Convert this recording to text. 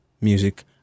music